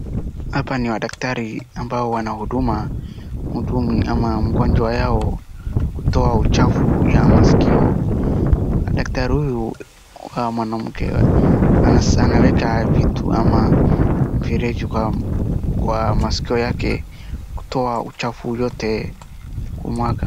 Hapa ni madaktari ambao wanahuduma mtu ama mgonjwa yao kutoa uchafu ya maskio. Daktari huyu mwanamke anaweka vitu ama mfereji kwa kwa maskio yake kutoa uchafu yote kumwaga.